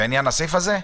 בעניין הסעיף הזה?